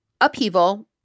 upheaval